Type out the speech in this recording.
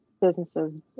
businesses